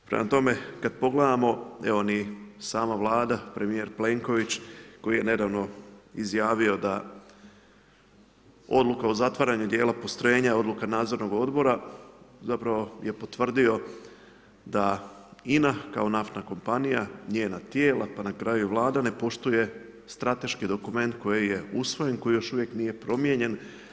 Prema tome, kad pogledamo, evo ni sama Vlada, premjer Plenković, koji je nedavno izjavio da odluka o zatvaranju dijela, postrojenja dijela nadzornog odbora, zapravo je potvrdio da INA kao naftna kompanija, njena tijela pa na kraju i Vlada ne poštuje strateški dokument koji je usvojen, koji još uvijek nije promijenjen.